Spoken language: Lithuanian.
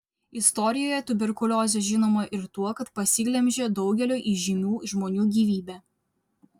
istorijoje tuberkuliozė žinoma ir tuo kad pasiglemžė daugelio įžymių žmonių gyvybę